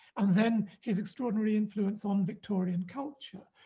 and then his extraordinary influence on victorian culture.